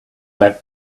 that